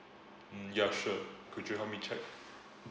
mm ya sure could you help me check